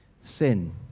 sin